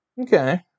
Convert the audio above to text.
Okay